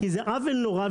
כי זה עוול נורא,